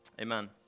Amen